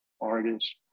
artists